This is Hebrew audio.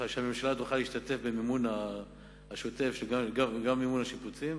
שהממשלה תוכל להשתתף במימון השוטף וגם במימון השיפוצים.